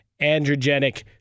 androgenic